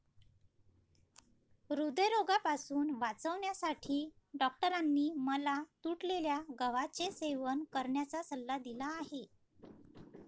हृदयरोगापासून वाचण्यासाठी डॉक्टरांनी मला तुटलेल्या गव्हाचे सेवन करण्याचा सल्ला दिला आहे